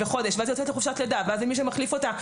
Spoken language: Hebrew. וחודש ואז היא יוצאת לחופשת לידה ואין מי שיחליף אותה.